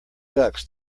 ducks